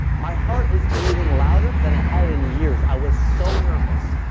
my heart is beating louder than it had in years. i was so nervous.